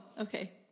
okay